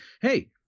Hey